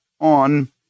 on